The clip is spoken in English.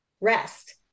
rest